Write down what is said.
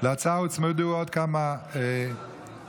להצעה הוצמדו עוד כמה שותפים,